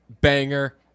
Banger